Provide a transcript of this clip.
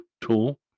tool